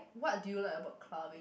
what do you like about clubbing